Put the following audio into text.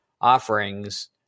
offerings